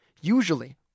Usually